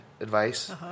advice